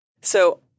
So-